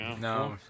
no